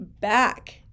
back